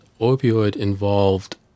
opioid-involved